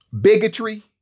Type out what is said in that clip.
bigotry